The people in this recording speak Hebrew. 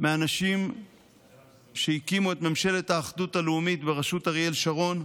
מהאנשים שהקימו את ממשלת האחדות הלאומית בראשות אריאל שרון,